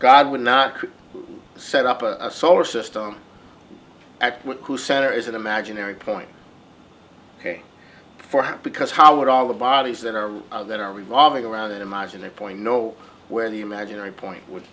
god would not set up a solar system who center is an imaginary point ok for him because how would all the bodies that are that are revolving around it imagine a point no where the imaginary point would